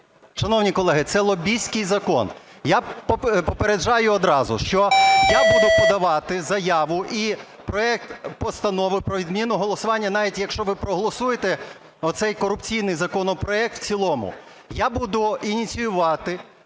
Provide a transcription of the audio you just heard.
Шановні колеги, це лобістський закон. Я попереджаю одразу, що я буду подавати заяву і проект Постанови про відміну голосування навіть, якщо ви проголосуєте оцей корупційний законопроект в цілому. Я буду ініціювати